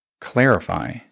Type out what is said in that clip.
clarify